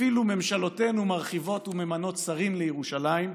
אפילו ממשלותינו מרחיבות וממנות שרים לירושלים,